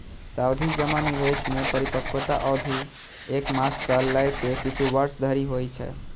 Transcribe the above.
सावाधि जमा निवेश मे परिपक्वता अवधि एक मास सं लए के किछु वर्ष धरि होइ छै